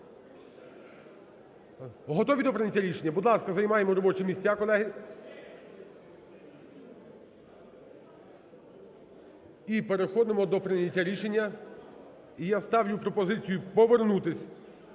Готові до прийняття рішення? Будь ласка, займаємо робочі місця, колеги. І переходимо до прийняття рішення. І я ставлю пропозицію повернутися